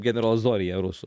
generolas zovija rusų